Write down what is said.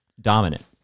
dominant